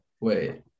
Wait